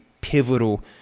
pivotal